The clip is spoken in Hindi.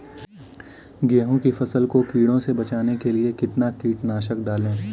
गेहूँ की फसल को कीड़ों से बचाने के लिए कितना कीटनाशक डालें?